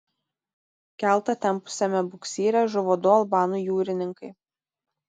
keltą tempusiame buksyre žuvo du albanų jūrininkai